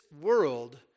world